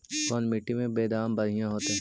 कोन मट्टी में बेदाम बढ़िया होतै?